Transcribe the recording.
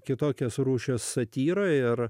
kitokios rūšies satyro era